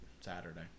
Saturday